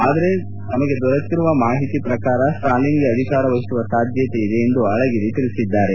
ಆದರೆ ದೊರೆತಿರುವ ಮಾಹಿತಿ ಪ್ರಕಾರ ಸ್ವಾಲಿನ್ಗೆ ಅಧಿಕಾರ ವಹಿಸುವ ಸಾಧ್ಯತೆ ಇದೆ ಎಂದು ಅಳಗಿರಿ ಸ್ಪಷ್ಟಪಡಿಸಿದ್ದಾರೆ